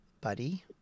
buddy